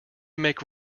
make